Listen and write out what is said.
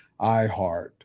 iHeart